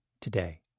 today